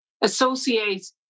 associate